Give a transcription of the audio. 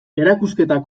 erakusketa